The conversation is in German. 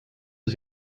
ist